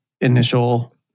initial